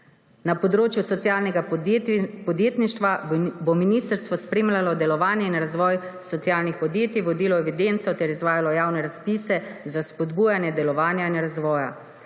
Na področju socialnega podjetništva bo ministrstvo spremljalo delovanje in razvoj socialnih podjetij, vodilo evidenco ter izvajalo javne razpise za spodbujanje delovanja in razvoja.